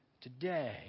today